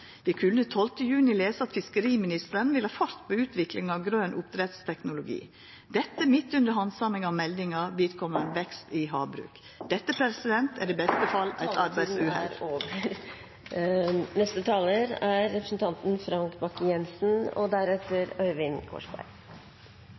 juni kunne vi lesa at fiskeriministeren vil ha fart på utviklinga av grøn oppdrettsteknologi – dette midt under handsaminga av meldinga om vekst i havbruk. Dette er i beste fall